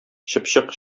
чыпчык